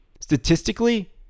statistically